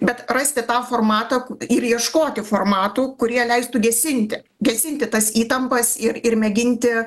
bet rasti tą formatą ir ieškoti formatų kurie leistų gesinti gesinti tas įtampas ir ir mėginti